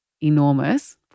enormous